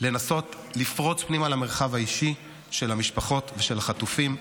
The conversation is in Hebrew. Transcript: לנסות לפרוץ פנימה למרחב האישי של המשפחות ושל החטופים.